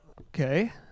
okay